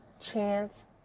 chance